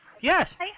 Yes